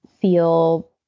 feel